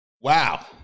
Wow